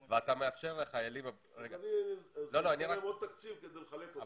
זה ואתה מאפשר לחיילים --- תביא עוד תקציב כדי לחלק אותו.